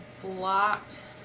blocked